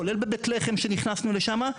כולל בבית לחם כשנכנסנו לשם,